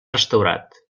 restaurat